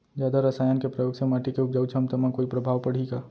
जादा रसायन के प्रयोग से माटी के उपजाऊ क्षमता म कोई प्रभाव पड़ही का?